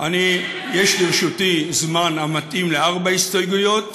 יש לרשותי זמן המתאים לארבע הסתייגויות,